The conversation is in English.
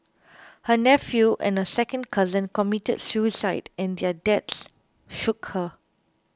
her nephew and a second cousin committed suicide and their deaths shook her